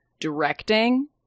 directing